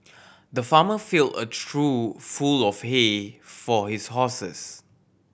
the farmer filled a trough full of hay for his horses